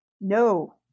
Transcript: No